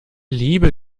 liebe